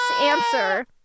answer